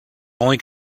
only